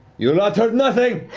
you lot heard nothing!